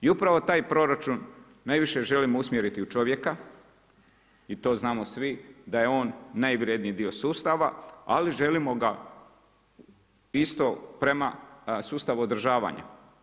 I upravo taj proračun najviše želim usmjeriti na čovjeka i to znamo svi da je on najvrijednije dio sustava, ali želimo ga isto prema sustavu održavanja.